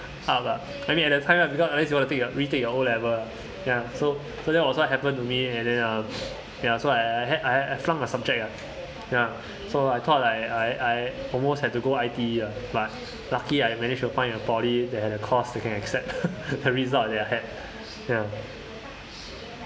up lah I mean at the time because unless you want to take retake your O level ah ya so so that was what happened to me and then uh ya so I I had I I flunk a subject ya ya so I thought like I I I almost had to go I_T_E lah lucky I managed to find a poly that had a course that can accept the result that I had